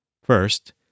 First